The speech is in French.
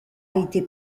été